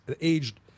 aged